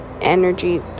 energy